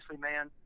man